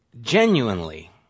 genuinely